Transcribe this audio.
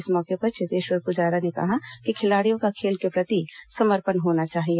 इस मौके पर चेतेश्वर पुजारा ने कहा कि खिलाड़ियों का खेल के प्रति समर्पण होना चाहिए